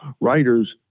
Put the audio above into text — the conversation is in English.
writers